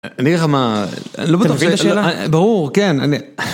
אני אראה לך מה, אתה מבין את השאלה? לא בטוח, זה, ברור, כן, אני...